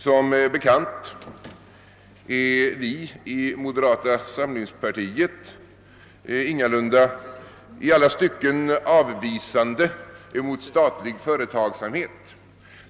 Som bekant är vi i moderata samlingspartiet ingalunda i alla stycken avvisande mot statlig företagsamhet.